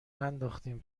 ننداختیم